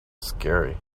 scary